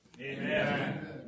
Amen